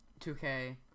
2k